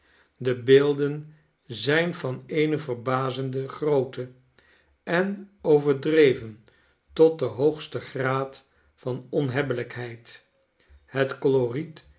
de beelden zijn van eene verbazende grootte en overdreven tot den hoogsten graad van onhebbelijkheid het